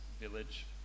village